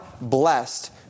blessed